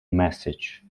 message